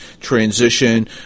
transition